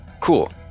cool